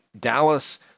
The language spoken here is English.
Dallas